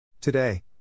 Today